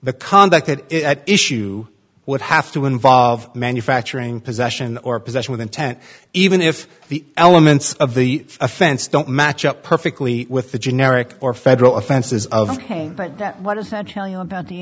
the conduct at issue would have to involve manufacturing possession or possession with intent even if the elements of the offense don't match up perfectly with the generic or federal offenses of but what does that tell you about